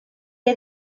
que